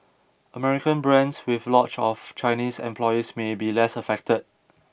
American brands with lots of Chinese employees may be less affected